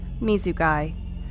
Mizugai